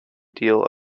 deal